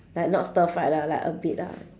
like not stir fried lah like a bit ah